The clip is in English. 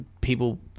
people